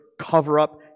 cover-up